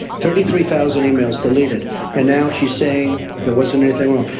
thirty three thousand e-mails deleted and now she's saying there wasn't anything wrong.